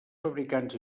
fabricants